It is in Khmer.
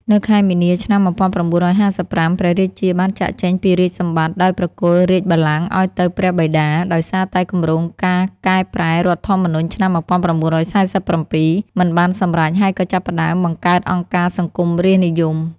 នៅខែមីនា ឆ្នាំ ១៩៥៥ ព្រះរាជាបានចាកចេញពីរាជសម្បត្តិ ដោយប្រគល់រាជបល្ល័ង្កឱ្យទៅព្រះបិតា ដោយសារតែគម្រោងការកែប្រែរដ្ឋធម្មនុញ្ញឆ្នាំ ១៩៤៧ មិនបានសម្រេច ហើយក៏ចាប់ផ្ដើមបង្កើតអង្គការសង្គមរាស្ត្រនិយម។